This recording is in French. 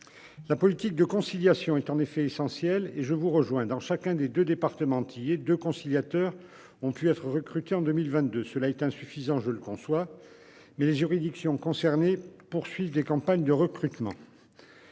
La politique de conciliation est essentielle, je vous rejoins sur ce point. Dans chacun des deux départements antillais, deux conciliateurs ont pu être recrutés en 2022. Cela est encore insuffisant, je le conçois, mais les juridictions poursuivent des campagnes de recrutement.